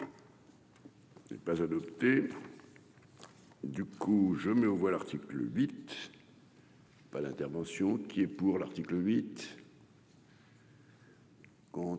n'est pas adopté, du coup, je mets aux voix, l'article 8. Pas l'intervention qui est pour l'article 8.